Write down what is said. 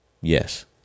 yes